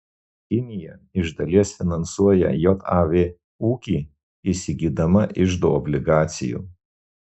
kinija iš dalies finansuoja jav ūkį įsigydama iždo obligacijų